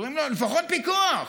ואומרים לו: לפחות פיקוח.